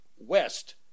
west